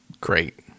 Great